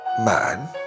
man